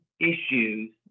issues